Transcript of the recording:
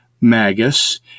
magus